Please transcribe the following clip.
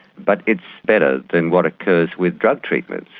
but it's better than what occurs with drug treatments,